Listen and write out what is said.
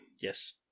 Yes